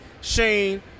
Shane